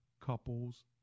Couples